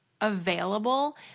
available